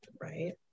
Right